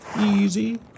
Easy